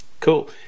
cool